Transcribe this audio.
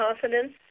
confidence